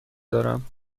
دارم